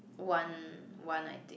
one one I think